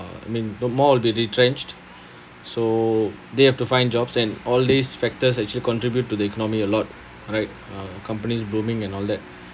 I mean the more will be retrenched so they have to find jobs and all these factors actually contribute to the economy a lot right uh companies blooming and all that